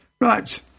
Right